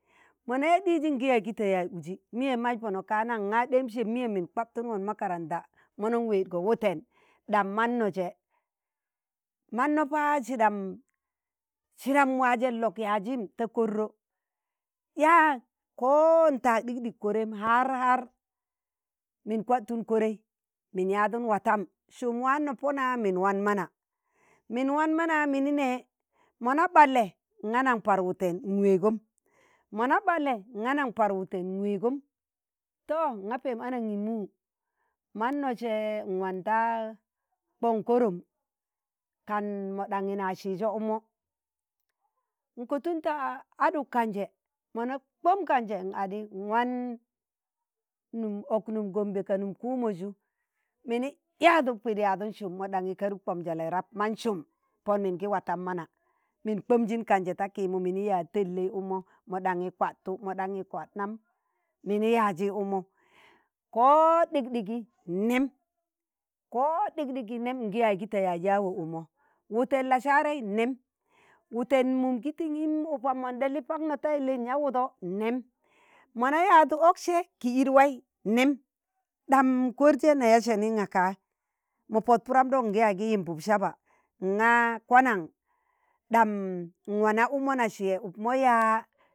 mo na yaaz ɗiji ngi yaaz kita yaaz uji, miye mas pọnọ ka nang ṇga ɗem sẹb miyem min kwaptụṇgọn makaranta monon wedgo wụtẹn ɗam mano je, mano pa sidam, sidam waajẹ nlok yaazim ta korno yaa ko n'taag ɗik ɗik korẹm har har min kwadtum kọrẹi min yaḍụn watam. sum waano pona min wan mana, min waan mana mini nẹ, mọna ɓalle nga naṇ par wụtẹn nweegom. to nga peem anangimu manno se nwanta kon korom kan mọ ɗanyi na sizo ukmo. Nkotunta aduk kanjẹ mona n'kpom kanjẹ n'adi n'wan ok num Gombe ka num kumo ju, mini yạadu pidi yadun sum mo ɗaṇyi karup kpom sali rab nma sum pọu mingi watam mana, min kpomji kanje ta kiimi mini yaaz tallei ukmo moɗanyi kwatu moɗanyi kwadnam, mini yaazi ukmo ko ɗik ɗigi nẹm, koo ɗig digi nem ngi yaaz ki ta yaaz yawo ukmo wuten la'saarẹi nem, wuten mum gi tingi upan nam mona li pakno ta yilli nyaa wụdọ nem, mọna yadụ ọksẹ kii i wai nẹm ɗam kọrse na yaa sẹnin. ṇgaka mo pot pudam ɗọk ṇgi ya ki yimbub saba nga kwanan ɗam n'wana ukmo na siye ukmo yaa?